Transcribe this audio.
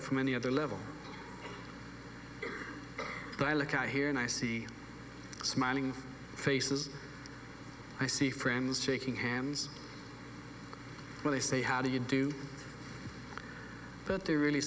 it from any other level but i look out here and i see smiling faces i see friends shaking hands when they say how do you do but they're really